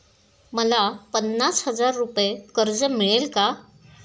मला पन्नास हजार रुपये कर्ज मिळेल का?